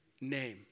name